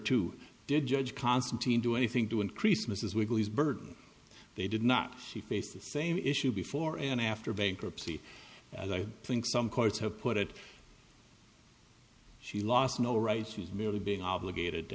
two did judge constantine do anything to increase mrs weekly's burden they did not she faced the same issue before and after bankruptcy and i think some courts have put it she lost no rights she was merely being obligated to